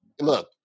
Look